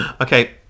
Okay